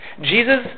Jesus